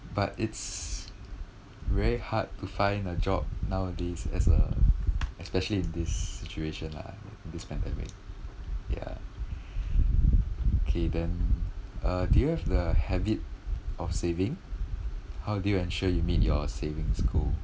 but it's very hard to find a job nowadays as uh especially in this situation lah this pandemic ya K then uh do you have the habit of saving how do you ensure you meet your savings goal